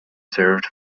served